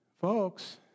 Folks